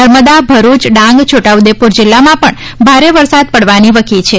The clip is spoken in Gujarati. નર્મદા ભરૂચ ડાંગ છોટા ઉદેપુર જિલ્લામાં પણ ભારે વરસાદ પડવાની વકી છે